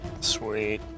sweet